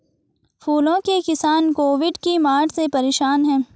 फूलों के किसान कोविड की मार से परेशान है